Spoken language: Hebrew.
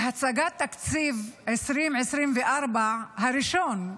בהצגת תקציב 2024 הראשון,